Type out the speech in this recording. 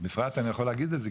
בפרט אני יכול להגיד את זה,